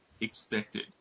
expected